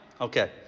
Okay